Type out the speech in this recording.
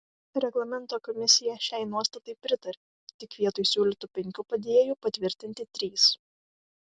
reglamento komisija šiai nuostatai pritarė tik vietoj siūlytų penkių padėjėjų patvirtinti trys